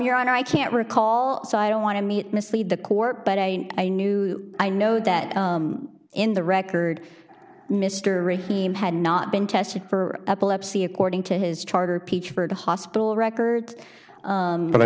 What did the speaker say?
your own i can't recall so i don't want to meet mislead the court but i knew i know that in the record mr rahim had not been tested for epilepsy according to his charter ph for the hospital records but i